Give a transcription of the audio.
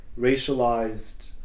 racialized